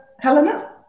Helena